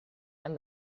and